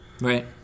Right